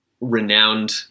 renowned